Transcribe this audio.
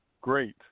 Great